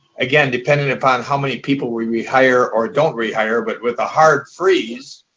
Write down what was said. again, depending upon how many people we rehire or don't rehire, but with a hard freeze,